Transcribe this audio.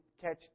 catch